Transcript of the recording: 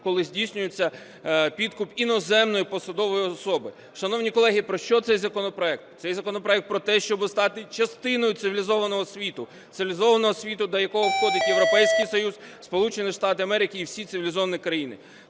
коли здійснюється підкуп іноземної посадової особи. Шановні колеги, про що цей законопроект? Цей законопроект про те, щоб стати частиною цивілізованого світу, цивілізованого світу, до якого входить Європейський Союз, Сполучені Штати Америки і всі цивілізовані країни.